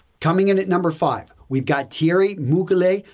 coming in at number five, we've got thierry mugler,